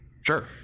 sure